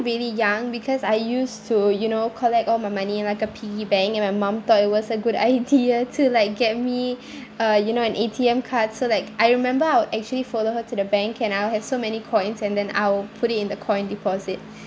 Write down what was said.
really young because I used to you know collect all my money in like a piggy bank and my mum thought it was a good idea to like get me uh you know an A_T_M card so like I remember I would actually follow her to the bank and I'll have so many coins and then I'll put it in the coin deposit